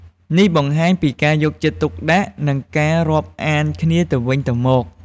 នេះបង្ហាញពីការយកចិត្តទុកដាក់ និងការរាប់អានគ្នាទៅវិញទៅមក។